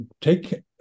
take